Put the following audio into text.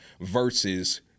versus